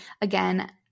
again